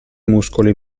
muscoli